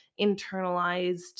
internalized